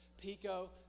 pico